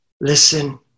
listen